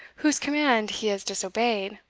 whose command he has disobeyed,